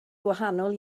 gwahanol